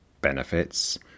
benefits